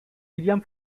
william